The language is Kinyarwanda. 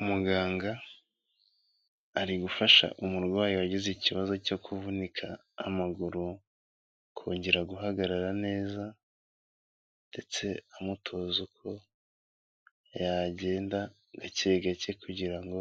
Umuganga arigufasha umurwayi wagize ikibazo cyo kuvunika amaguru kongera guhagarara neza ndetse amutoza uko yagenda gakegake kugira ngo